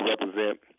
represent